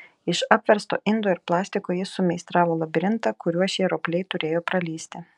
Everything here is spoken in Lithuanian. iš apversto indo ir plastiko jis sumeistravo labirintą kuriuo šie ropliai turėjo pralįsti